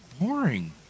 boring